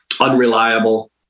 unreliable